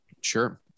Sure